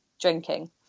drinking